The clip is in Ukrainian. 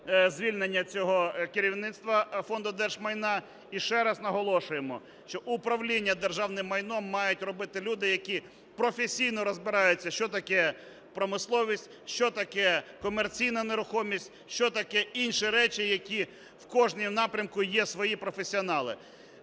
звільнення цього керівництва Фонду держмайна. І ще раз наголошуємо, що управління державним майном мають робити люди, які професійно розбираються, що таке промисловість, що таке комерційна нерухомість, що таке інші речі, які в кожному напрямку є свої професіонали.